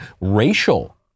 racial